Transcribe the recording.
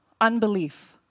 unbelief